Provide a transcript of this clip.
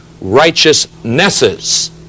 righteousnesses